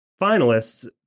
finalists